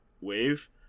wave